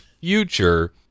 future